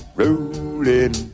rolling